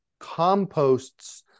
composts